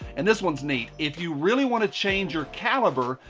and this one's neat, if you really want to change your caliber,